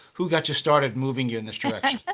who got you started moving you in this direction?